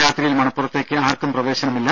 രാത്രിയിൽ മണപ്പുറത്തേക്ക് ആർക്കും പ്രവേശനമില്ല